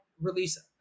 release